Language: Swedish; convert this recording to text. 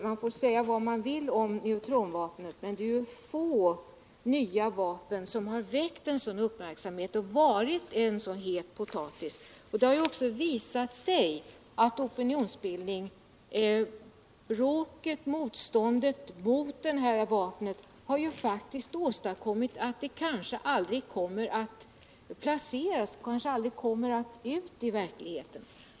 Man får säga vad man vill om neutronbomben som vapen, men få nya vapen har väckt en sådan uppmärksamhet och varit en så het potatis. Det har också visat sig utt motståndet mot detta vapen faktiskt åstadkommit att det kanske aldrig kommer till användning i verkligheten.